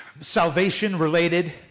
salvation-related